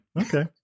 Okay